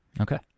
Okay